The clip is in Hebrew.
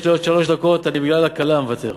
יש לי עוד שלוש דקות, אני בגלל הכלה מוותר.